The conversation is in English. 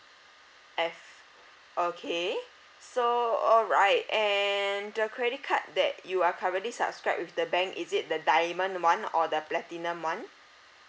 F okay so alright and the credit card that you are currently subscribe with the bank is it the diamond one or the platinum one